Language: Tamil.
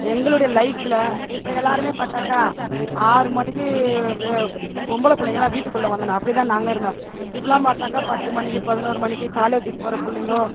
எங்களுடைய லைஃப்பில் இப்போ எல்லோருமே பார்த்தாக்கா ஆறு மணிக்கு பொம்பளைப் பிள்ளைங்களாம் வீட்டுக்குள்ளே வந்துடணும் அப்படிதான் நாங்கள் இருந்தோம் இப்போலாம் பார்த்தாக்கா பத்து மணிக்கு பதினோரு மணிக்கு காலேஜுக்கு போகிற புள்ளைங்க